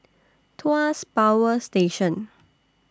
Tuas Power Station